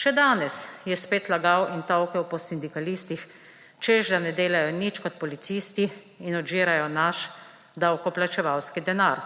Še danes je spet lagal in tolkel po sindikalistih, češ da ne delajo nič kot policisti in odžirajo naš davkoplačevalski denar.